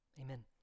amen